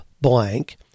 blank